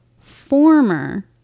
former